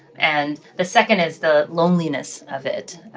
and the second is the loneliness of it,